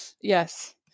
yes